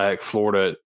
Florida